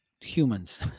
humans